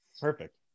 perfect